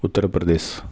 Uttar Pradesh